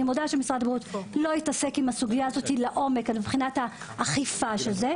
אני מודה שמשרד הבריאות לא התעסק בסוגיה הזו לעומק מבחינת האכיפה שלה.